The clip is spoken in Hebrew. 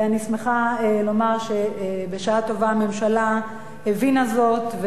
ואני שמחה לומר שבשעה טובה הממשלה הבינה זאת,